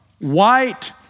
white